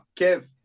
Kev